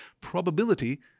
probability